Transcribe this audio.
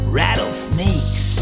rattlesnakes